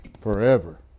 forever